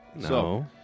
No